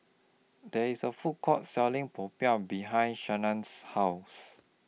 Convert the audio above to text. There IS A Food Court Selling Popiah behind Shyann's House